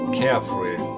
carefree